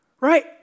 right